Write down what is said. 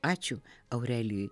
ačiū aurelijui